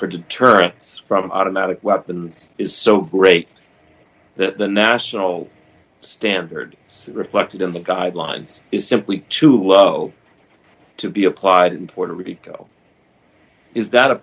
for deterrence from automatic weapons is so great that the national standard is reflected in the guidelines is simply too low to be applied in puerto rico is that